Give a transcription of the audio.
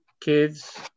kids